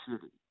city